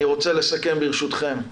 אני רוצה לסכם ברשותכם.